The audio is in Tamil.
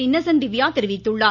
இன்னசன்ட் திவ்யா தெரிவித்துள்ளார்